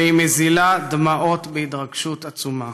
והיא מזילה דמעות בהתרגשות עצומה.